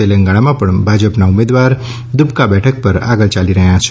તેલંગાણામાં પણ ભાજપના ઉમેદવાર દુબ્બકા બેઠક પર આગળ ચાલી રહયા છે